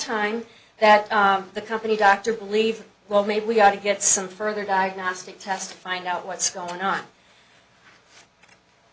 time that the company doctor believed well maybe we ought to get some further diagnostic tests find out what's going on